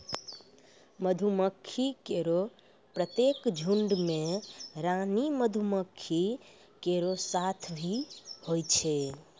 मधुमक्खी केरो प्रत्येक झुंड में रानी मक्खी केरो साथ भी होय छै